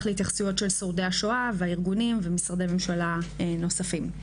להתייחסויות של שורדי השואה והארגונים ומשרדי ממשלה נוספים.